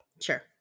sure